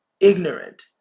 ignorant